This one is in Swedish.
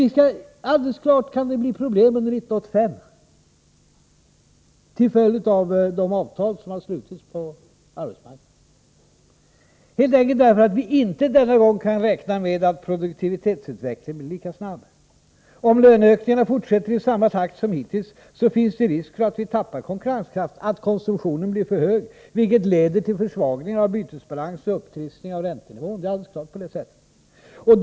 Det är alldeles klart att det kan bli problem under 1985 till följd av de avtal som slutits på arbetsmarknaden, helt enkelt därför att vi inte denna gång kan räkna med att produktivitetsutvecklingen blir lika snabb som tidigare. Om löneökningarna fortsätter i samma takt som hittills, finns det risk för att vi tappar konkurrenskraften och att konsumtionen blir för stor, vilket leder till försvagningar av bytesbalansen och en upptrissning av räntenivån. Det är alldeles klart.